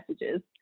messages